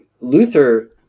Luther